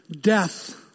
death